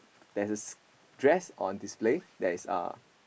there's a dress on display that is uh